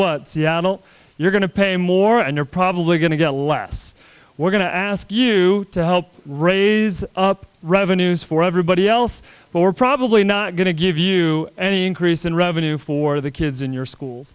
what seattle you're going to pay more and you're probably going to get less we're going to ask you to help raise up revenues for everybody else or probably not going to give you any increase in revenue for the kids in your school